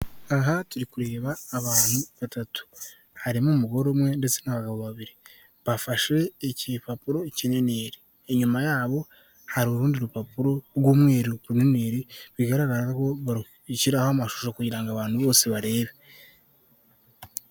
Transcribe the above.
Aha turi kureba abantu batatu harimo umugore umwe ndetse n'abagabo babiri, bafashe ikipapuro kinini inyuma yabo hari urundi rupapuro rw'umweru runiniri bigaragara gushyiraho amashusho kugirango ngo abantu bose barebe.